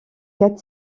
quatre